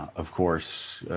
of course,